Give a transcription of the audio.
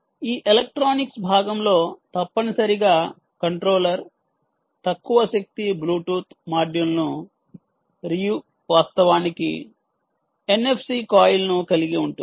ఈ ఎలక్ట్రానిక్స్ భాగం లో తప్పనిసరిగా కంట్రోలర్ తక్కువ శక్తి బ్లూటూత్ మాడ్యూల్ను రియు వాస్తవానికి NFC కాయిల్ ను కలిగి ఉంటుంది